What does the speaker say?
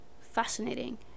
fascinating